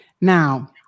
Now